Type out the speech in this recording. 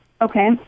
Okay